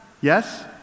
Yes